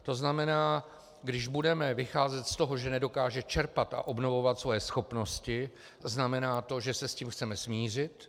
To znamená, když budeme vycházet z toho, že nedokáže čerpat a obnovovat svoje schopnosti, znamená to, že se s tím chceme smířit?